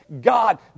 god